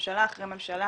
ממשלה אחר ממשלה